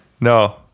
No